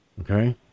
okay